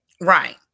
right